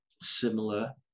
similar